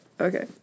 Okay